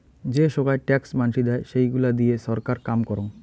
যে সোগায় ট্যাক্স মানসি দেয়, সেইগুলা দিয়ে ছরকার কাম করং